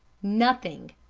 nothing!